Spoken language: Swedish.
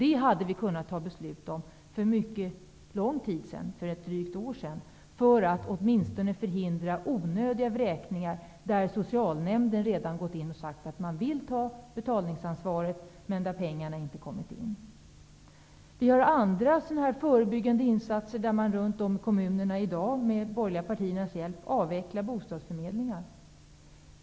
Det kunde vi ha fattat beslut om för ett drygt år sedan för att åtminstone förhindra onödiga vräkningar, där socialnämnder redan sagt att de vill ta betalningsansvaret, men det inte har kommit in några pengar. Det finns andra förebyggande insatser, som nu kommuner med borgerliga partiernas hjälp avvecklar, t.ex. bostadsförmedlingar.